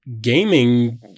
gaming